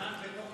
אדוני היושב-ראש.